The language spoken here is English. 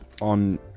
on